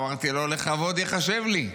אמרתי לו: לכבוד ייחשב לי.